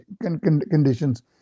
conditions